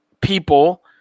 people